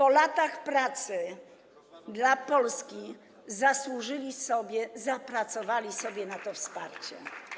Po latach pracy dla Polski zasłużyli sobie, zapracowali sobie na to wsparcie.